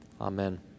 Amen